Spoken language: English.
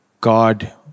God